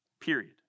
Period